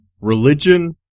religion